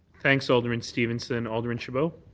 thanks, alderman stevenson. alderman chabot?